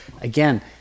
again